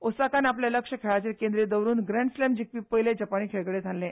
ओसाकान आपले लक्ष खेलाचेर केंद्रीत दवरून ग्रँड स्लॅम जिखपी पयले जपानी खेळगडे थारले